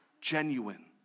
Genuine